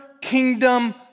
kingdom